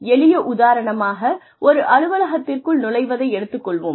எளிய உதாரணமாக ஒரு அலுவலகத்திற்குள் நுழைவதை எடுத்துக் கொள்ளலாம்